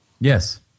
Yes